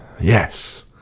Yes